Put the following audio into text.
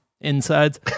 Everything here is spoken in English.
insides